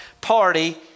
party